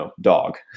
dog